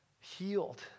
healed